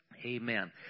Amen